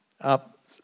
up